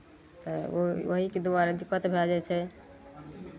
तऽ ओहि ओहीके दुआरे दिक्कत भए जाइ छै